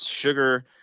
sugar